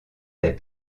des